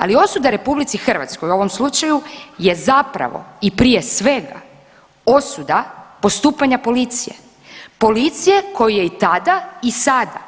Ali osuda RH u ovom slučaju je zapravo i prije svega osuda postupanja policije, policije koju je i tada i sada